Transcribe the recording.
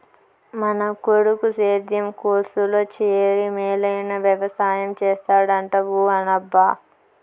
మన కొడుకు సేద్యం కోర్సులో చేరి మేలైన వెవసాయం చేస్తాడంట ఊ అనబ్బా